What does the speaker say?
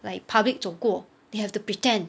like public 走过 they have to pretend